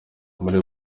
muri